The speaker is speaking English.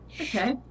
Okay